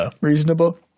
reasonable